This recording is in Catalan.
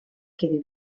quedi